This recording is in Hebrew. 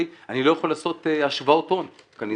אני לא יכול לעשות השוואות הון כנדרש.